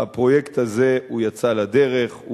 הפרויקט הזה יצא לדרך,